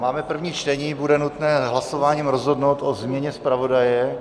Máme první čtení, bude nutné hlasováním rozhodnout o změně zpravodaje.